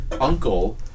uncle